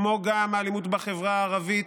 כמו גם האלימות בחברה הערבית,